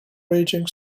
raging